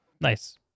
Nice